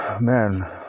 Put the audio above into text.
man